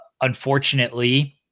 Unfortunately